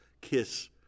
kiss